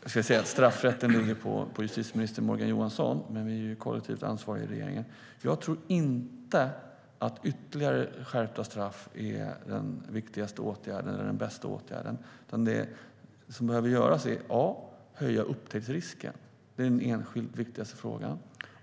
Jag ska säga att straffrätten ligger på justitieminister Morgan Johanssons område, men vi är ju kollektivt ansvariga i regeringen. Jag tror inte att ytterligare skärpta straff är den viktigaste eller bästa åtgärden, utan det som behöver göras är för det första att höja upptäcktsrisken. Det är den enskilt viktigaste frågan.